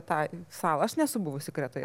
į tą salą aš nesu buvusi kretoje